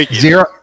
Zero